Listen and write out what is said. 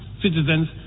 citizens